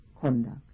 conduct